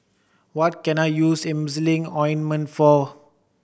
what can I use Emulsying Ointment for